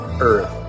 earth